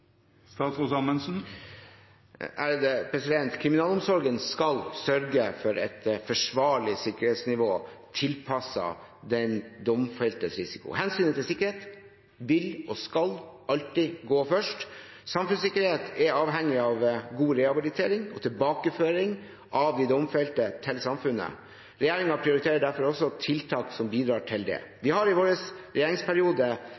Kriminalomsorgen skal sørge for et forsvarlig sikkerhetsnivå tilpasset den domfeltes risiko. Hensynet til sikkerhet vil og skal alltid gå først. Samfunnssikkerhet er avhengig av god rehabilitering og tilbakeføring av de domfelte til samfunnet. Regjeringen prioriterer derfor også tiltak som bidrar til